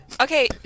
Okay